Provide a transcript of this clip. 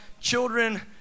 children